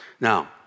Now